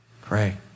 Pray